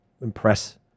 impress